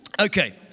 Okay